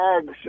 eggs